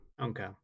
Okay